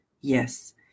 yes